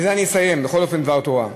בזה אני אסיים, בכל אופן דבר תורה.